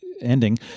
ending